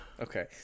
okay